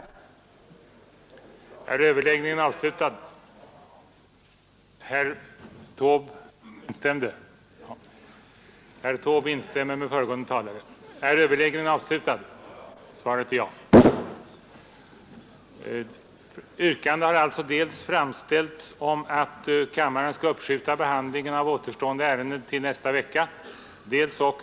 Vinner nej har kammaren beslutat att dessa ärenden skall avgöras vid dagens plenum.